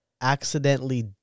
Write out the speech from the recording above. accidentally